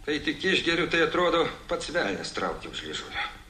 kai tik išgeriu tai atrodo pats velnias traukia už liežuvio